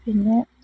പിന്നെ